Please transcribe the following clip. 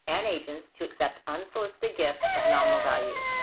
and agents to accept unsolicited gifts of nominal value.